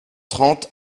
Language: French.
trente